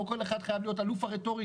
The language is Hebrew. לא כל אחד חייב להיות אלוף הרטוריקה.